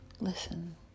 listen